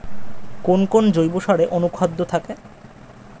কোন কোন জৈব সারে অনুখাদ্য থাকে?